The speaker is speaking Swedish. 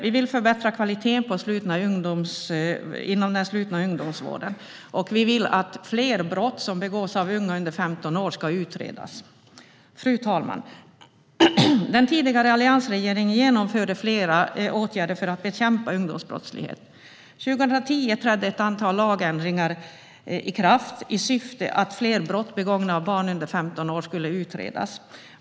Vi vill förbättra kvaliteten inom den slutna ungdomsvården. Vi vill också att fler brott som begås av unga under 15 år ska utredas. Fru talman! Den tidigare alliansregeringen genomförde flera åtgärder för att bekämpa ungdomsbrottslighet. År 2010 trädde ett antal lagändringar i kraft i syfte att fler brott begångna av barn under 15 år skulle utredas.